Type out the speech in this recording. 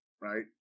right